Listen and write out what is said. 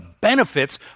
benefits